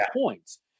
points